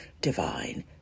divine